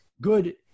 good